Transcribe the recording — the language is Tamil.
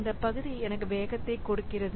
இந்தப் பகுதி எனக்கு வேகத்தை கொடுக்கிறது